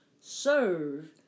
serve